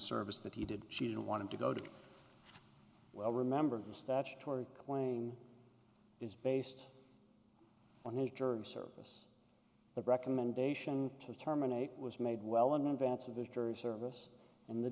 service that he did she didn't want to go to well remember the statutory claim is based on his jury service the recommendation to terminate was made well in advance of this jury service and the